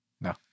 No